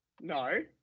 No